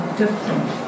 different